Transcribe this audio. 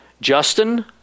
Justin